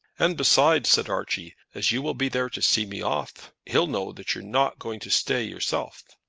and besides, said archie, as you will be there to see me off, he'll know that you're not going to stay yourself.